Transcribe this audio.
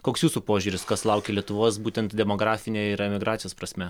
koks jūsų požiūris kas laukia lietuvos būtent demografine ir emigracijos prasme